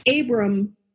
Abram